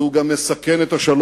והוא גם מסכן את השלום.